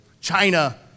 China